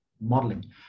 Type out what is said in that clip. modeling